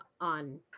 on